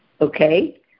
Okay